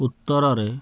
ଉତ୍ତରରେ